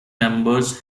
members